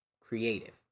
creative